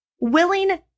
willing